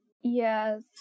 Yes